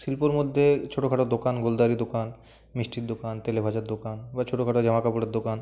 শিল্পর মধ্যে ছোটোখাটো দোকান গোলদারি দোকান মিষ্টির দোকান তেলেভাজার দোকান বা ছোটোখাটো জামাকাপড়ের দোকান